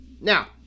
Now